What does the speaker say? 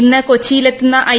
ഇന്ന് കൊച്ചിയിലെത്തുന്ന ഐ